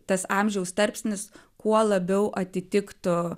tas amžiaus tarpsnis kuo labiau atitiktų